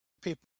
people